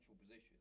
position